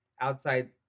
outside